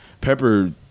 Pepper